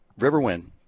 Riverwind